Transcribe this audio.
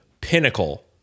pinnacle